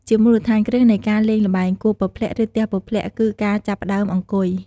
ជាមូលដ្ឋានគ្រឹះនៃការលេងល្បែង គោះពព្លាក់ ឬទះពព្លាក់ គឺការចាប់ផ្ដើមអង្គុយ។